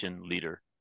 leader